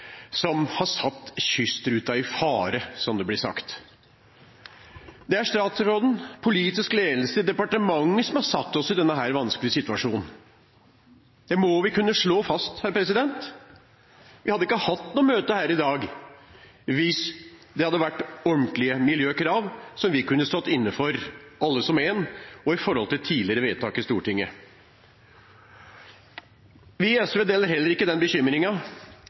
som har satt kystruta i fare, som det blir sagt. Det er statsråden, politisk ledelse og departementet som har satt oss i denne vanskelige situasjonen. Det må vi kunne slå fast. Vi hadde ikke hatt noe møte her i dag hvis det hadde vært ordentlige miljøkrav som vi kunne ha stått inne for alle som én – etter tidligere vedtak i Stortinget. Vi i SV deler heller ikke den